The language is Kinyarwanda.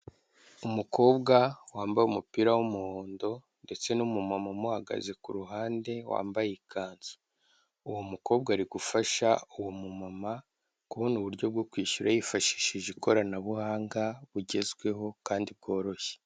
Umukobwa wambaye umupira w'umuhondo ndetse n'umumama umuhagaze ku ruhande wambaye ikanzu, uwo mukobwa ari gufasha uwo mumama kubona uburyo bwo kwishyura yifashishije ikoranabuhanga, bugezweho kandi bworoshye.